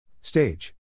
Stage